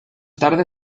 tarde